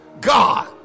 God